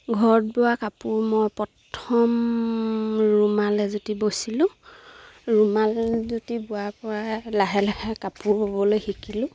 ঘৰত বোৱা কাপোৰ মই প্ৰথম ৰুমাল এযুটি বৈছিলোঁ ৰুমাল যুটি বোৱাৰ পৰাই লাহে লাহে কাপোৰ ব'বলৈ শিকিলোঁ